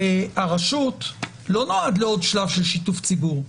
הרשות לא נועד לעוד שלב של שיתוף ציבור.